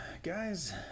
Guys